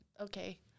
Okay